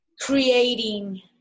creating